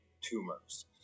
tumors